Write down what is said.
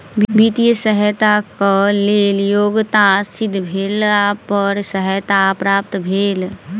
वित्तीय सहयताक लेल योग्यता सिद्ध भेला पर सहायता प्राप्त भेल